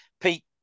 Pete